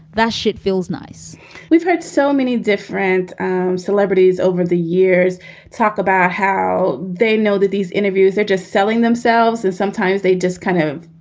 that shit feels nice we've heard so many different celebrities over the years talk about how they know that these interviews are just selling themselves. and sometimes they just kind of,